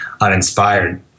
uninspired